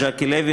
ז'קי לוי,